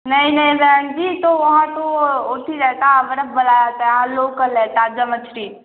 नहीं नहीं बहन जी तो वहाँ तो उसी जैसा आगर लोकल है ताजा मछली